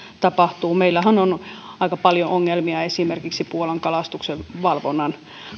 tapahtuu meillähän on aika paljon ongelmia esimerkiksi puolan kalastuksenvalvonnan